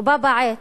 ובה בעת,